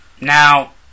Now